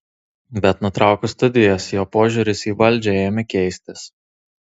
bet nutraukus studijas jo požiūris į valdžią ėmė keistis